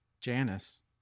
Janice